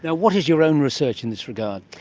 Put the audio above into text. yeah what is your own research in this regard?